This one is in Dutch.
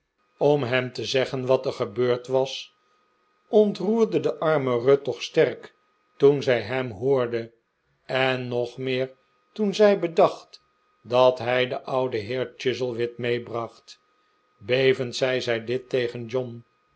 om hem te zeggen wat er gebeurd was ontroerde de arme ruth toch sterk toen zij hem hoorde en nog meer toen zij bedacht dat hij den ouden heer chuzzlewit meebracht bevend zei zij dit tegen john